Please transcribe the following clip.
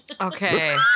Okay